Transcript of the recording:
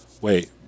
wait